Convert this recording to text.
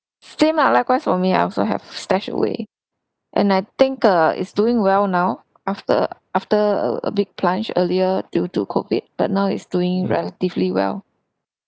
same lah likewise for me I also have stashaway and I think uh is doing well now after after a a big plunge earlier due to COVID but now it's doing relatively well